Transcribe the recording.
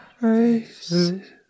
faces